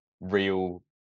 real